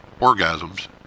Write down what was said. orgasms